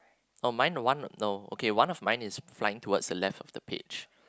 oh mine one no okay one of mine is flying towards the left of the page